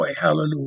hallelujah